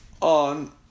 on